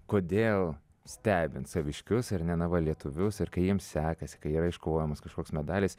kodėl stebint saviškius ar ne na lietuvius ir kai jiems sekasi kai yra iškovojamas kažkoks medalis